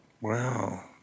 Wow